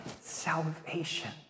salvation